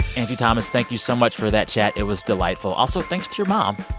angie thomas, thank you so much for that chat. it was delightful. also, thanks to your mom,